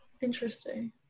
Interesting